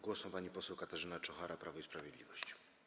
Głos ma pani poseł Katarzyna Czochara, Prawo i Sprawiedliwość.